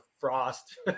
frost